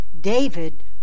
David